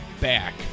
back